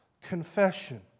confession